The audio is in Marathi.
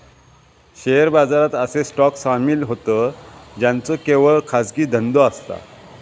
शेअर बाजारात असे स्टॉक सामील होतं ज्यांचो केवळ खाजगी धंदो असता